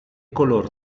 color